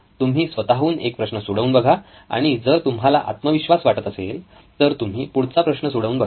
तुम्ही स्वतःहून एक प्रश्न सोडवून बघा आणि जर तुम्हाला आत्मविश्वास वाटत असेल तर तुम्ही पुढचा प्रश्न सोडवून बघा